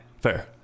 Fair